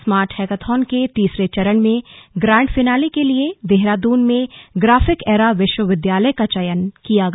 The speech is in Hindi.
स्मार्ट हैकाथन के तीसरे चरण में ग्रैंड फिनाले के लिए देहरादून में ग्राफिक एरा विश्वविद्यालय का चयन किया गया